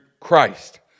Christ